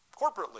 corporately